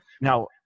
Now